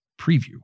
preview